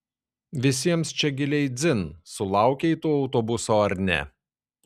visiems čia giliai dzin sulaukei tu autobuso ar ne